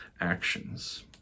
actions